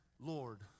Lord